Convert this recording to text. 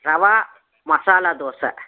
rava masala dosa